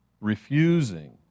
refusing